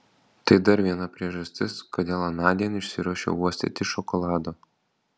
tai dar viena priežastis kodėl anądien išsiruošiau uostyti šokolado